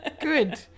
Good